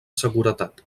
seguretat